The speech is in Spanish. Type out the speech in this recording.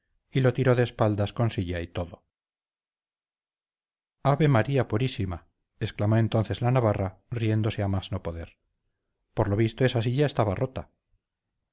y lo tiró de espaldas con silla y todo ave maría purísima exclamó entonces la navarra riéndose a más no poder por lo visto esa silla estaba rota